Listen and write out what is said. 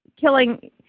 killing